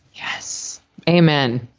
yes amen.